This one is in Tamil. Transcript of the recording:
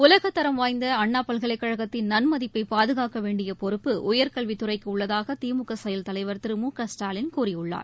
உலகத் தரம் வாய்ந்தஅண்ணாபல்கலைக் கழகத்தின் நன்மதிப்பைபாதுகாக்கவேண்டியபொறுப்பு உயர்கல்வித் துறைக்குஉள்ளதாகதிமுக செயல் தலைவர் திரு மு க ஸ்டாலின் கூறியுள்ளார்